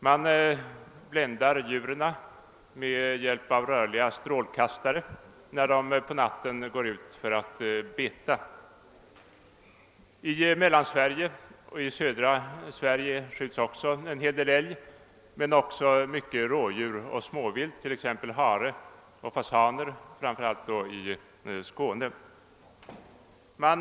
Man bländar djuren med hjälp av rörliga strålkastare när de på natten går ut för att beta. I Mellansverige och i södra Sverige skjuts också många älgar och dessutom mycket rådjur och småvilt, t.ex. hare och framför allt i Skåne fasan.